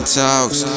talks